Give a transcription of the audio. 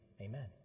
Amen